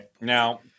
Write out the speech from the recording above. now-